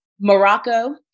Morocco